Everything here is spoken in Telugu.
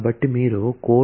కాబట్టి మీరు course